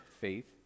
faith